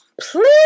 Please